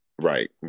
Right